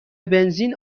بنزین